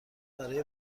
برای